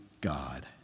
God